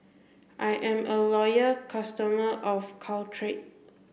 I'm a loyal customer of Caltrate